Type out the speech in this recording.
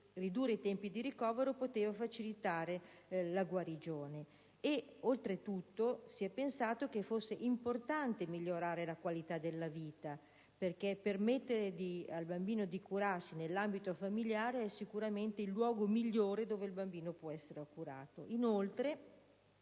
ridurre i tempi di ricovero poteva facilitare la guarigione. Oltretutto, si è pensato che fosse importante migliorare la qualità della vita: e l'ambito familiare è sicuramente il luogo migliore dove il bambino può essere curato.